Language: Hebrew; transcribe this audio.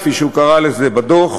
כפי שהוא קרא לזה בדוח,